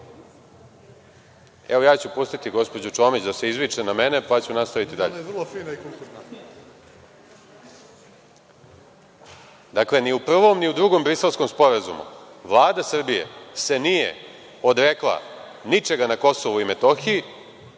ja ću pustiti gospođu Čomić da se izviče na mene, pa ću nastaviti dalje. Dakle, ni u prvom, ni u drugom Briselskom sporazumu Vlada Srbije se nije odrekla ničega na KiM,